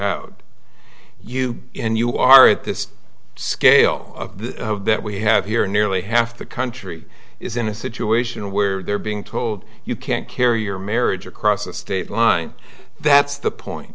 out you in you are at this scale of the that we have here nearly half the country is in a situation where they're being told you can't carry your marriage across a state line that's the point